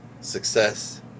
success